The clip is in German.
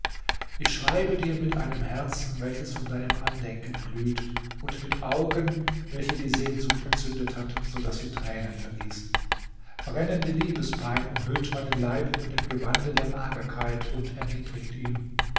ich schreibe dir mit einem herzen welches von deinem andenken glüht und mit augen welche die sehnsucht entzündet hat so daß sie tränen vergießen brennende liebespein umhüllt meinen leib mit dem gewande der magerkeit und erniedrigt ihn